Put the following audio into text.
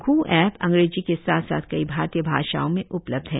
कू app अंग्रेजी के साथ साथ कई भारतीय भाषाओं में उपलब्ध है